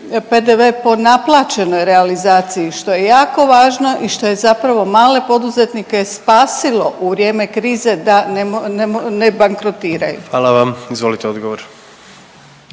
PDV po naplaćenoj realizaciji što je jako važno i što je zapravo male poduzetnike spasilo u vrijeme krize da ne bankrotiraju. **Jandroković, Gordan